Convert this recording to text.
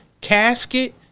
casket